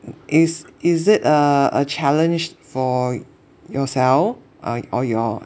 is is it a a challenge for yourself err or your